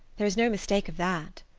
there is no mistake of that.